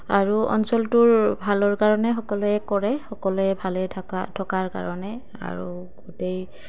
আৰু অঞ্চলটোৰ ভালৰ কাৰণে সকলোৱে কৰে সকলোৱে ভালে থকা থকাৰ কাৰণে আৰু গোটেই